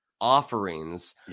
offerings